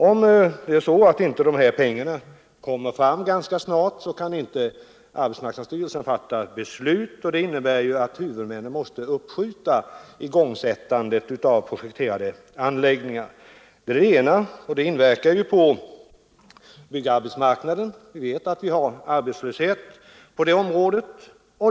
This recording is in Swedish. Om de här pengarna inte kommer fram ganska snart kan arbetsmarknadsstyrelsen inte fatta beslut, och det innebär ju att huvudmännen måste uppskjuta igångsättandet av projekterade anläggningar. Det är det ena, och det inverkar på byggarbetsmarknaden. Vi vet att vi har arbetslöshet på det området.